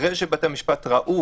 אחרי שבתי-המשפט ראו